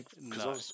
No